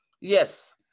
Yes